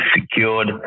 secured